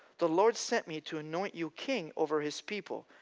the lord sent me to anoint you king over his people,